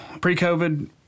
pre-COVID